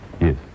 Yes